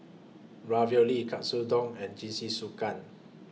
Ravioli Katsudon and Jingisukan